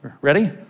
Ready